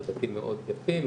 אלה בתים מאוד יפים,